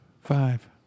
five